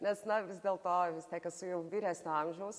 nes na vis dėlto vis tiek esu jau vyresnio amžiaus